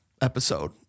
episode